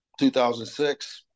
2006